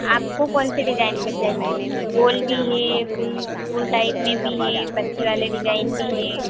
आपको कौन सी डिजाइन के चाहिए गोल भी है फूल फूल टाइप में भी है पत्ती वाले डिजाइन भी है